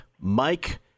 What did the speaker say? Mike